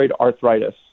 arthritis